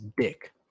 dick